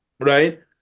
Right